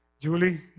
Julie